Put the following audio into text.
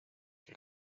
que